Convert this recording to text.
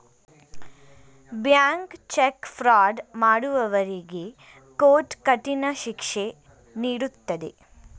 bank cheque fraud ಮಾಡುವವರಿಗೆ court ಕಠಿಣ ಶಿಕ್ಷೆ ನೀಡುತ್ತದೆ